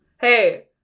Hey